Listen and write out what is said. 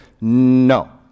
no